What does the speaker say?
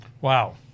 Wow